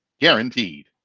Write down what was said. guaranteed